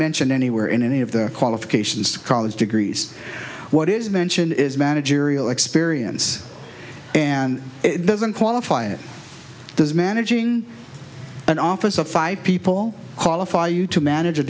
mentioned anywhere in any of the qualifications college degrees what is mentioned is managerial experience and it doesn't qualify it does managing an office of five people qualify you to manage